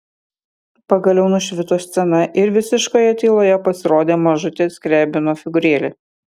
pagaliau nušvito scena ir visiškoje tyloje pasirodė mažutė skriabino figūrėlė